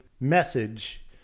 message